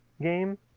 game